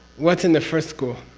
what's in the first school?